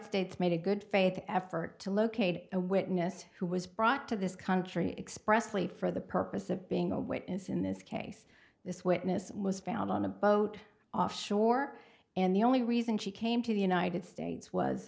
states made a good faith effort to locate a witness who was brought to this country expressly for the purpose of being a witness in this case this witness was found on a boat offshore and the only reason she came to the united states was